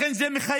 לכן זה מחייב